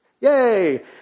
Yay